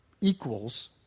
Equals